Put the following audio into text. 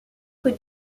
que